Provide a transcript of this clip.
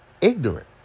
ignorant